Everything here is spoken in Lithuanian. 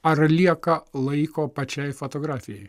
ar lieka laiko pačiai fotografijai